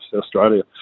Australia